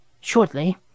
Shortly